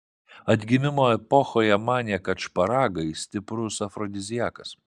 atgimimo epochoje manė kad šparagai stiprus afrodiziakas